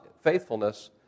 faithfulness